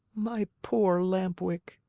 my poor lamp-wick,